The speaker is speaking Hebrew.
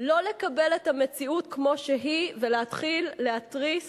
לא לקבל את המציאות כמו שהיא ולהתחיל להתריס